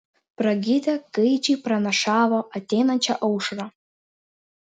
pragydę gaidžiai pranašavo ateinančią aušrą